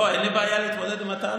לא, אין לי בעיה להתמודד עם הטענות.